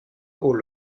aux